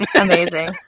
Amazing